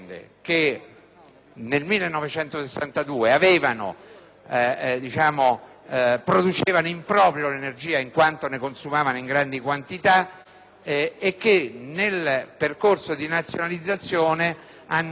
nel 1962 producevano in proprio l'energia, in quanto ne consumavano in grandi quantità, e che nel percorso di nazionalizzazione hanno visto